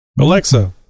Alexa